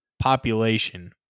population